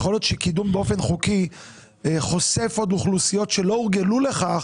יכול להיות שקידום באופן חוקי חושף עוד אוכלוסיות שלא הורגלו לכך